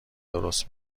درست